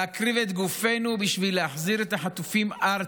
להקריב את גופנו בשביל להחזיר את החטופים ארצה.